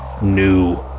new